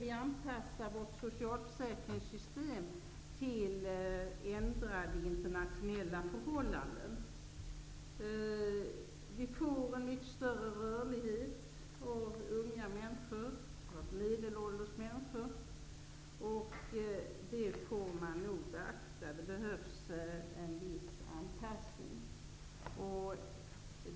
Vi måste anpassa vårt socialförsäkringssystem till ändrade internationella förhållanden. Vi får en mycket större rörlighet bland unga och medelålders människor. Det behövs en viss anpassning.